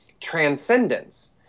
transcendence